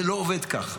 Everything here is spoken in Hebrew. זה לא עובד ככה.